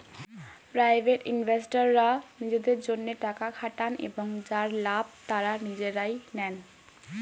private ইনভেস্টররা নিজেদের জন্যে টাকা খাটান এবং যার লাভ তারা নিজেরাই নেন